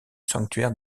sanctuaire